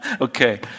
Okay